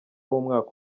w’umwaka